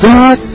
God